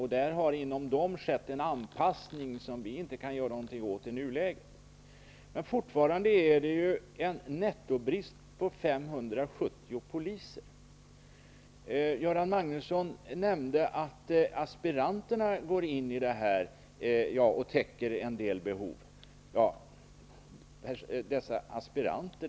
Inom dessa ramar har det skett en anpassning som vi i nuläget inte kan göra någonting åt. Det finns fortfarande en nettobrist på 570 poliser. Göran Magnusson nämnde att aspiranterna täcker en del av behoven.